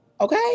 Okay